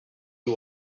you